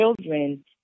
children